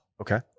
Okay